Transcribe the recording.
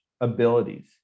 abilities